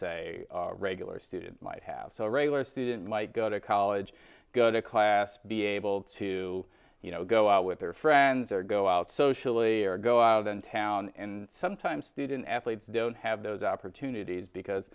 say a regular student might have so a regular student might go to college go to class be able to you know go out with their friends or go out socially or go out in town and sometimes student athletes don't have those opportunities because